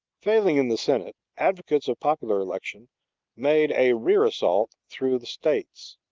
failing in the senate, advocates of popular election made a rear assault through the states.